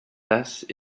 tasses